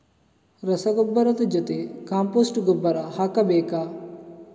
ರಸಗೊಬ್ಬರದ ಜೊತೆ ಕಾಂಪೋಸ್ಟ್ ಗೊಬ್ಬರ ಹಾಕಬೇಕಾ?